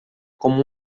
como